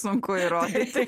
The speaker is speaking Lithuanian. sunku įrodyti